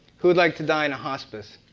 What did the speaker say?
who would like to die in a hospice?